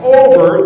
over